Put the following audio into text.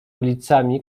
ulicami